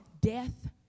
death